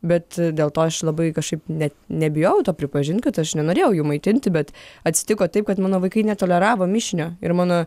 bet dėl to aš labai kažkaip net nebijojau to pripažint kad aš nenorėjau jų maitinti bet atsitiko taip kad mano vaikai netoleravo mišinio ir mano